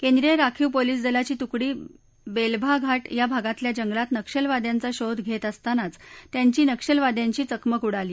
केंद्रीय राखीव पोलीस दलाची तुकडी बस्तभा घाट या भागातल्या जंगलात नक्षलवाद्यांचा शोध घर्त असतानाच त्यांची नक्षलवाद्यांशी चकमक उडाली